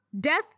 death